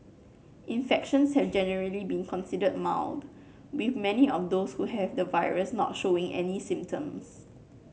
infections have generally been considered mild with many of those who have the virus not showing any symptoms